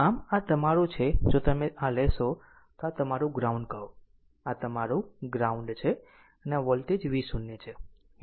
આમ આ તમારું છે જો તમે આ લેશો તો તમારું ગ્રાઉન્ડ કહો આ તમારું ગ્રાઉન્ડ છે અને આ વોલ્ટેજ V0 છે એટલે કે આ વોલ્ટેજ V0 છે